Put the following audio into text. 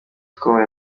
ukomeye